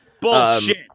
Bullshit